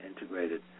integrated